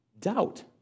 doubt